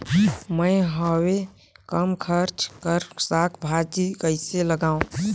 मैं हवे कम खर्च कर साग भाजी कइसे लगाव?